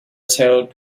tailed